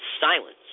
silence